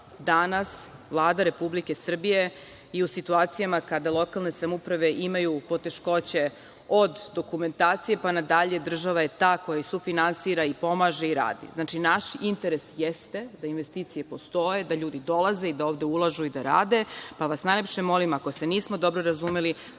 danas, Vlada Republike Srbije i u situacijama kada lokalne samouprave imaju poteškoće od dokumentacije, pa nadalje, država je ta koja sufinansira i pomaže i radi. Znači, naš interes jeste da investicije postoje, da ljudi dolaze, da ovde ulažu i da rade, pa vas najlepše molim, ako se nismo dobro razumeli,